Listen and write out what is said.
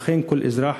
כדי שאכן כל אזרח,